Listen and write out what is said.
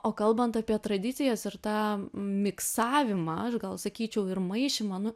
o kalbant apie tradicijas ir tą miksavimą aš gal sakyčiau ir maišymą nu